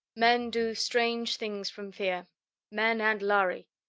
men do strange things from fear men and lhari.